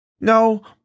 No